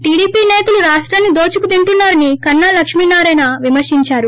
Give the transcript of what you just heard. TDP నేతలు రాష్టాన్ని దోచుకుతింటూన్నారని కన్నా లక్ష్మి నారాయణ విమర్శించారు